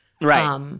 right